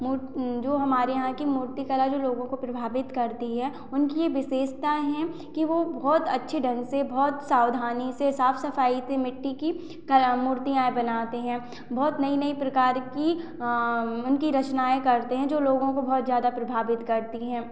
मू जो हमारे यहाँ की मूर्तिकला जो लोगों को प्रभावित करती है उनकी ये विशेषताएँ हैं कि वो बहुत अच्छे ढंग से बहुत सावधानी से साफ़ सफ़ाई से मिट्टी की कला मूर्तियाँ बनाते हैं बहुत नई नई प्रकार की उनकी रचनाएँ करते हैं जो लोगों को बहुत ज़्यादा प्रभावित करती हैं